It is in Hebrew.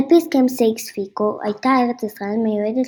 על פי הסכם סייקס–פיקו הייתה ארץ ישראל מיועדת